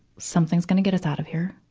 something's gonna get us out of here,